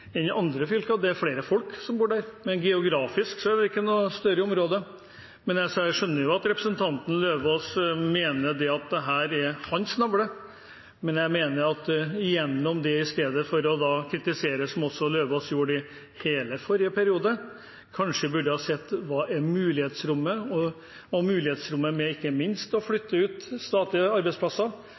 enn andre fylker. Det er flere folk som bor der, men geografisk er det ikke noe større. Jeg skjønner at representanten Lauvås mener at dette er hans navle, men jeg mener at i stedet for å kritisere, som Lauvås også gjorde i hele forrige periode, burde man kanskje sett på mulighetsrommet – og ikke minst mulighetsrommet ved å flytte ut statlige arbeidsplasser,